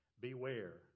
beware